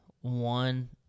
one